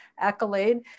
accolade